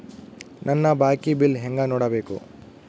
ನನ್ನ ಬಾಕಿ ಬಿಲ್ ಹೆಂಗ ನೋಡ್ಬೇಕು?